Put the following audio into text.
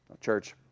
Church